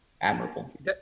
admirable